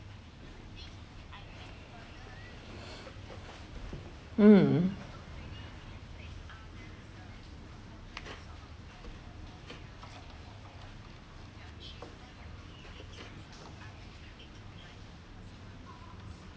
mm